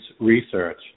research